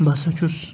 بہٕ ہَسا چھُس